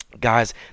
guys